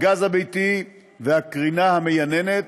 הגז הביתי והקרינה המייננת,